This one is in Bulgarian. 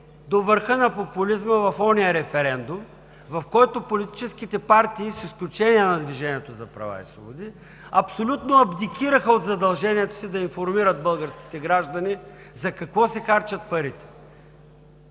до върха на популизма в оня референдум, в който политическите партии, с изключение на „Движението за права и свободи“, абсолютно абдикираха от задължението си да информират българските граждани за какво се харчат парите,